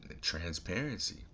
transparency